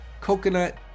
Coconut